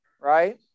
right